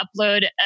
upload